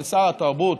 של שר התרבות?